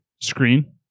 screen